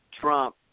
Trump